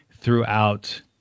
throughout